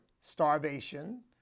starvation